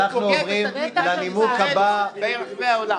הוא פוגע בתדמיתה של ישראל ברחבי העולם.